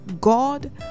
God